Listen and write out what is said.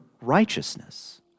righteousness